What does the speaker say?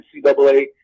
NCAA